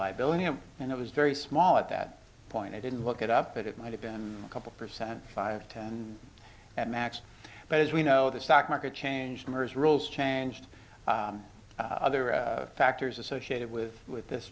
liability and and it was very small at that point i didn't look it up but it might have been a couple percent five ten at max but as we know the stock market changed murs rules changed other factors associated with with this